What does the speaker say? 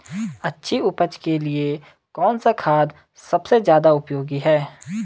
अच्छी उपज के लिए कौन सा खाद सबसे ज़्यादा उपयोगी है?